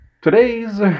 Today's